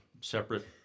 separate